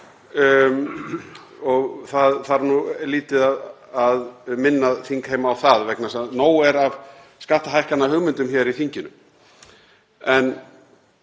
og það þarf nú lítið að minna þingheim á það vegna þess að nóg er af skattahækkanahugmyndum hér í þinginu.